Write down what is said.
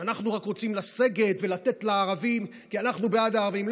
שאנחנו רק רוצים לסגת ולתת לערבים כי אנחנו בעד הערבים.